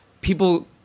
people